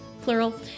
plural